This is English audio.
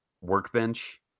workbench